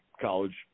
college